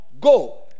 go